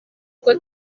uko